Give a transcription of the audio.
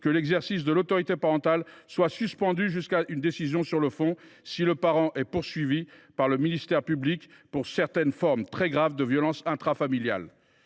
lequel l’exercice de l’autorité parentale est suspendu jusqu’à une décision sur le fond lorsqu’un parent est poursuivi par le ministère public pour certaines formes très graves de violences intrafamiliales.